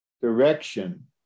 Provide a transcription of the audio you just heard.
direction